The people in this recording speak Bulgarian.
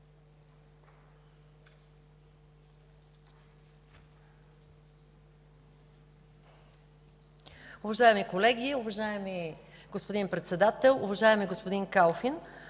Уважаеми колеги, уважаеми господин Председател! Уважаеми господин Калфин,